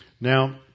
Now